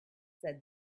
said